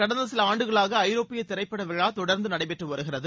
கடந்த சில ஆண்டுகளாக ஐரோப்பிய திரைப்பட விழா தொடர்ந்து நடைபெற்று வருகிறது